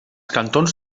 cantons